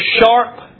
sharp